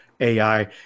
AI